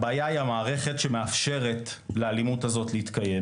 הבעיה היא המערכת שמאפשרת לאלימות הזאת להתקיים